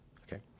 okay.